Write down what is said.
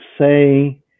say